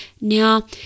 Now